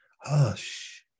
hush